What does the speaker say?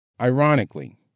Ironically